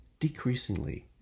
decreasingly